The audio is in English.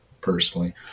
personally